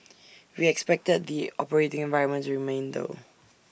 we expected the operating environment to remain tough